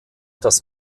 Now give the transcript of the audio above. das